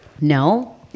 No